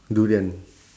durian